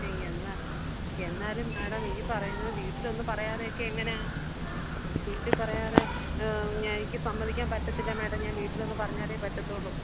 എന്നാലും മേഡം ഈ പറയുന്ന വീട്ടിലൊന്നും പറയാതെയൊക്കെ എങ്ങനെയാണ് വീട്ടിൽ പറയാതെ എനിക്ക് സമ്മതിക്കാൻ പറ്റത്തില്ല മേഡം ഞാൻ വീട്ടിലൊന്ന് പറഞ്ഞാലെ പറ്റത്തുള്ളു